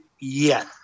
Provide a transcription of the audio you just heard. yes